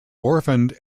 orphaned